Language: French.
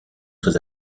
très